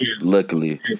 Luckily